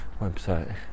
website